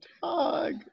dog